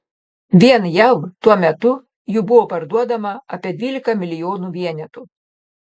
vien jav tuo metu jų buvo parduodama apie dvylika milijonų vienetų